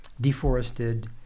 deforested